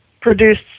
produced